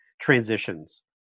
transitions